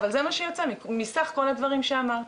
אבל זה מה שיוצא מסך כל הדברים שאמרת.